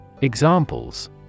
Examples